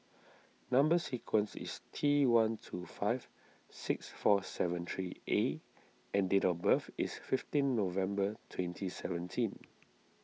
Number Sequence is T one two five six four seven three A and date of birth is fifteen November twenty seventeen